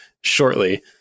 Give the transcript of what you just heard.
shortly